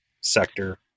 sector